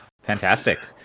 Fantastic